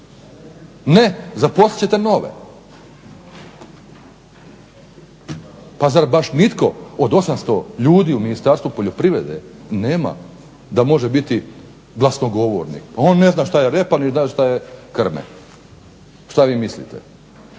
Ne, zaposlit ćete nove. Pa zar baš nitko od 800 ljudi u Ministarstvu poljoprivrede nema da može biti glasnogovornik, a on ne zna ni što je repa nit zna što je krme. Zar nitko